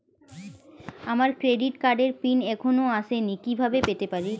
আমার ক্রেডিট কার্ডের পিন এখনো আসেনি কিভাবে পেতে পারি?